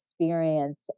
Experience